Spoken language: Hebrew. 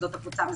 הקבוצה המזרחית,